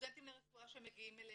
סטודנטים לרפואה שמגיעים אלינו,